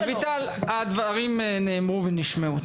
רויטל, הדברים נאמרו ונשמעו.